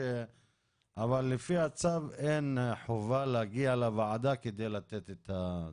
אבל לפי הצו אין חובה להגיע לוועדה כדי לתת הדיווח.